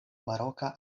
baroka